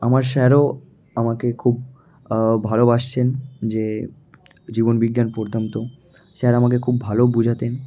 আমার স্যারও আমাকে খুব ভালোবাসছেন যে জীবন বিজ্ঞান পড়তাম তো স্যার আমাকে খুব ভালো বোঝাতেন